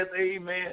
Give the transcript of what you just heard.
amen